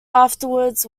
afterwards